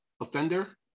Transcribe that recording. offender